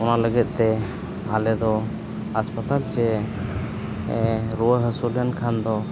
ᱚᱱᱟ ᱞᱟᱹᱜᱤᱫ ᱛᱮ ᱟᱞᱮ ᱫᱚ ᱦᱟᱥᱯᱟᱛᱟᱞ ᱥᱮ ᱨᱩᱣᱟᱹ ᱦᱟᱹᱥᱩ ᱞᱮᱱᱠᱷᱟᱱ ᱫᱚ